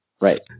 Right